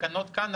בתקנות כאן נכתוב: